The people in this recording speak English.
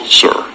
sir